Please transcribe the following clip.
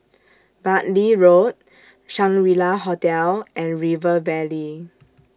Bartley Road Shangri La Hotel and River Valley